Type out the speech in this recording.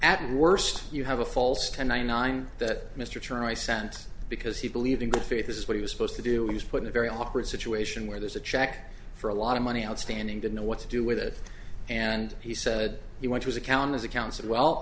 at worst you have a false ten ninety nine that mr turner i sent because he believed in good faith this is what he was supposed to do it was put in a very awkward situation where there's a check for a lot of money outstanding don't know what to do with it and he said he wants his account as accounts and well